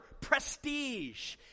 prestige